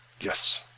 Yes